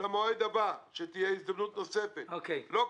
למועד הבא, כאשר תהיה הזדמנות נוספת, לא כרגע.